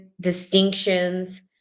distinctions